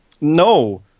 no